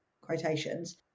quotations